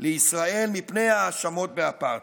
לישראל מפני ההאשמות באפרטהייד.